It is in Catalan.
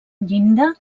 llinda